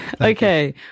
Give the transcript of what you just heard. Okay